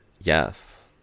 Yes